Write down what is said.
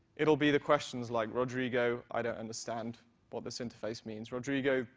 it will be the questions like, rodrigo, i don't understand what this interface means. rodrigo,